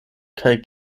kaj